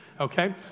okay